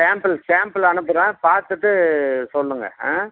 sample sample அனுப்புகிறோம் பார்த்துட்டு சொல்லுங்கள் ஆ